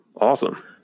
Awesome